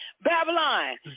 Babylon